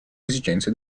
esigenze